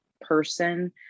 person